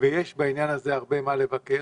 ויש בעניין הזה הרבה מה לבקר